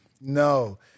No